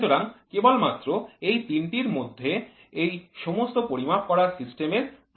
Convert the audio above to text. সুতরাং কেবলমাত্র এই তিনটির মধ্যে এই সমস্ত পরিমাপ করার সিস্টেম এর প্রয়োগ আছে